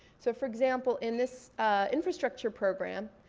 so for example, in this infrastructure program,